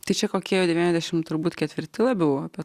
tai čia kokie devyniasdešim turbūt ketvirti labiau apie